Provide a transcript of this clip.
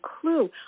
clue